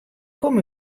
kom